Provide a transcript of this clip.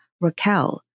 Raquel